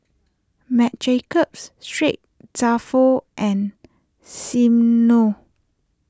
Marc Jacobs Street Dalfour and Smirnoff